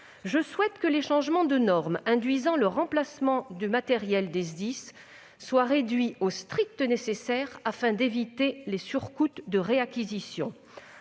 Je souhaite que les changements de normes induisant le remplacement du matériel des SDIS soient réduits au strict nécessaire, afin d'éviter les surcoûts de nouvelles acquisitions.